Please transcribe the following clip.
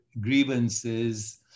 grievances